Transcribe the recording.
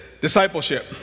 discipleship